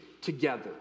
together